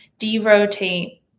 derotate